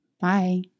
Bye